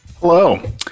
Hello